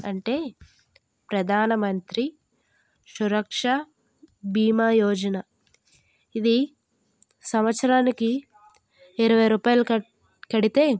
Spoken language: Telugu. అంటే ప్రధానమంత్రి సురక్షా బీమా యోజన ఇది సంవత్సరానికి ఇరవై రూపాయలు క కడితే